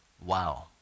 Wow